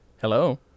Hello